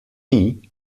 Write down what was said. und